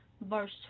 verse